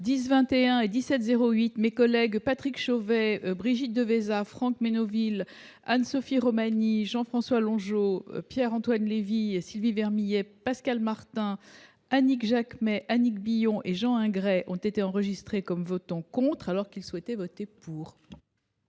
et I 1708, mes collègues Patrick Chauvet, Brigitte Devésa, Franck Menonville, Anne Sophie Romagny, Jean François Longeot, Pierre Antoine Levi, Sylvie Vermeillet, Pascal Martin, Annick Jacquemet, Annick Billon et Jean Hingray ont été enregistrés comme votant contre alors qu’ils souhaitaient voter pour.